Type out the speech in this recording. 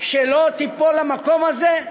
שלא תיפול למקום הזה,